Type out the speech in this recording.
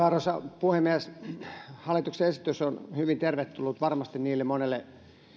arvoisa puhemies hallituksen esitys on varmasti hyvin tervetullut niille monille